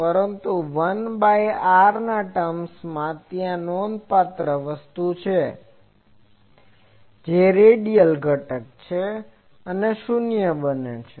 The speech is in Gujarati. પરંતુ 1 બાય r ટર્મમાં ત્યાં એક નોંધપાત્ર વસ્તુ છે જે રેડિયલ ઘટક છે જે શૂન્ય બને છે